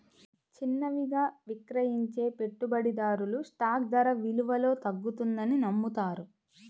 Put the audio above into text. చిన్నవిగా విక్రయించే పెట్టుబడిదారులు స్టాక్ ధర విలువలో తగ్గుతుందని నమ్ముతారు